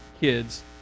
kids